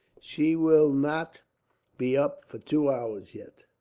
she will not be up for two hours, yet,